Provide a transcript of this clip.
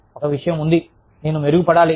ఒక విషయం ఉంది నేను మెరుగు పడాలి